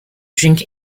drink